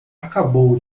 acabou